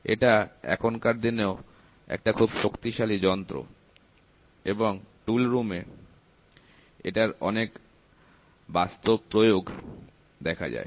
এটা এখনকার দিনেও একটা খুব শক্তিশালী যন্ত্র এবং টুলরুম এ এটার অনেক বাস্তব প্রয়োগ দেখা যায়